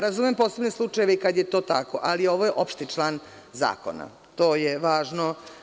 Razumem posebne slučajeve kada je to tako, ali je ovo opšti član zakona i to je važno.